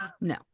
No